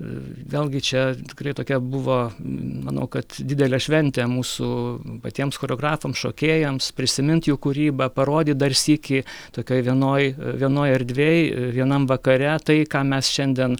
vėlgi čia tikrai tokia buvo manau kad didelė šventė mūsų patiems choreografams šokėjams prisimint jų kūrybą parodyt dar sykį tokioj vienoj vienoj erdvėj vienam vakare tai ką mes šiandien